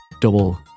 double